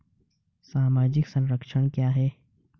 सामाजिक संरक्षण क्या है?